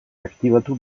aktibatu